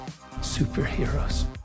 Superheroes